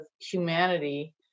humanity